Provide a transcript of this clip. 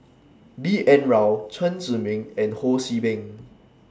B N Rao Chen Zhiming and Ho See Beng